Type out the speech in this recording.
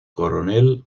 coronel